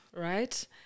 right